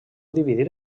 dividir